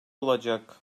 olacak